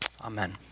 Amen